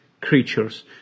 creatures